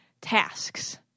tasks